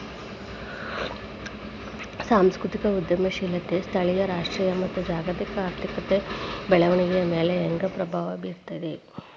ಸಾಂಸ್ಕೃತಿಕ ಉದ್ಯಮಶೇಲತೆ ಸ್ಥಳೇಯ ರಾಷ್ಟ್ರೇಯ ಮತ್ತ ಜಾಗತಿಕ ಆರ್ಥಿಕತೆಯ ಬೆಳವಣಿಗೆಯ ಮ್ಯಾಲೆ ಹೆಂಗ ಪ್ರಭಾವ ಬೇರ್ತದ